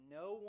no